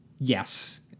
Yes